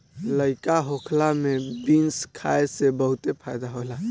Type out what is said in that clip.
लइका होखला में बीन्स खाए से बहुते फायदा होला